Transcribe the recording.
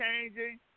changing